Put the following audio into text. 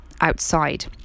outside